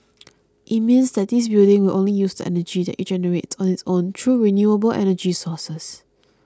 it means that this building will only use the energy that it generates on its own through renewable energy sources